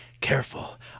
Careful